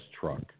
truck